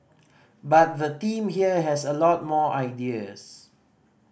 but the team here has a lot more ideas